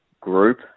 group